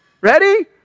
Ready